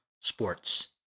sports